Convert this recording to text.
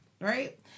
Right